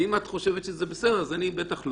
אם את חושבת שזה בסדר אז אני בטח לא.